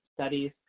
studies